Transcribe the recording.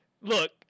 Look